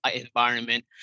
environment